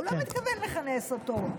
הוא לא מתכוון לכנס אותו.